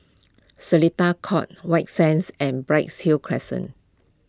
Seletar Court White Sands and Bright Hill Crescent